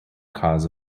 cause